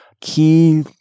key